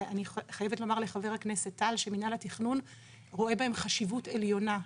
ואני חייבת לומר לחבר הכנסת טל שמינהל התכנון רואה בהם חשיבות עליונה,